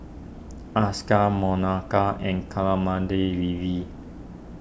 Akshay Manohar and Kamaladevi